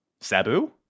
Sabu